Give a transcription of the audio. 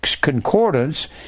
concordance